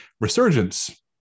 Resurgence